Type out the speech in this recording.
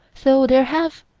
so there have,